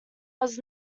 was